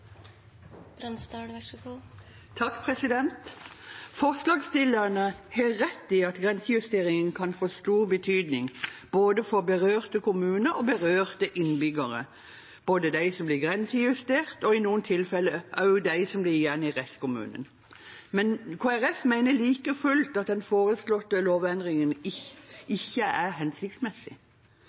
Forslagsstillerne har rett i at grensejusteringen kan få stor betydning både for berørte kommuner og berørte innbyggere, både de som blir grensejustert, og i noen tilfeller også de som blir igjen i restkommunen. Men Kristelig Folkeparti mener like fullt at den foreslåtte lovendringen ikke er hensiktsmessig.